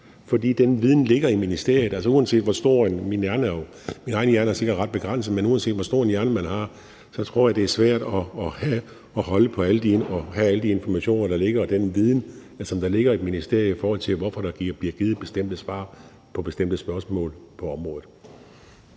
for den viden ligger i ministeriet. Uanset hvor stor en hjerne man har – min egen hjerne er sikkert ret begrænset – tror jeg, det er svært at have alle de informationer og den viden, der ligger i et ministerium, i forhold til hvorfor der bliver givet bestemte svar på bestemte spørgsmål på området.